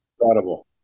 Incredible